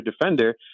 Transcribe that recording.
defender